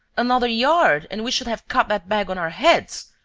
another yard and we should have caught that bag on our heads.